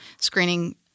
screening